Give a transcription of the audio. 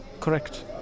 correct